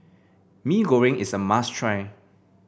Mee Goreng is a must try